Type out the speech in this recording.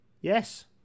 Yes